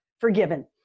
forgiven